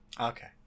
okay